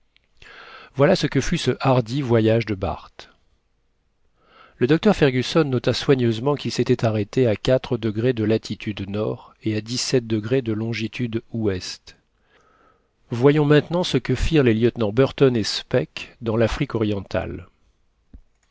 voilà ce que fut ce hardi voyage de barth le docteur fergusson nota soigneusement qu'il s'était arrêté à de latitude nord et à de longitude ouest voyons maintenant ce que firent les lieutenants burton et speke dans l'afrique orientale